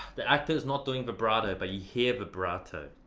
the actor is not doing vibrato, but yeah hear vibrato.